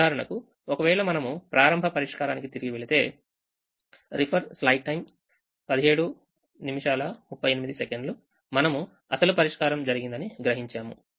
ఉదాహరణకు ఒకవేళ మనము ప్రారంభ పరిష్కారానికి తిరిగి వెళితే మనము అసలు పరిష్కారం జరిగిందిఅని గ్రహించాము